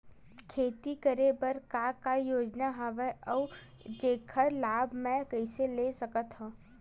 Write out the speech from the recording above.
खेती करे बर का का योजना हवय अउ जेखर लाभ मैं कइसे ले सकत हव?